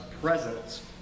presence